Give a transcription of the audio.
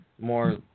more